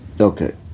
Okay